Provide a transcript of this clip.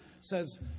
says